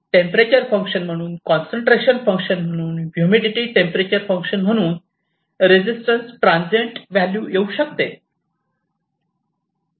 temperature function म्हणून concentration function म्हणून humidity temperature function म्हणून रेजिस्टन्स ट्रांसीएंट व्हॅल्यू येऊ शकते